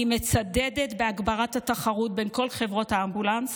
אני מצדדת בהגברת התחרות בין כל חברות האמבולנס